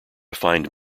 find